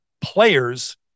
players